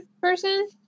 person